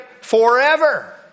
forever